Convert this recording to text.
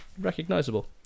Recognizable